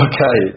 Okay